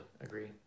agree